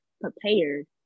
prepared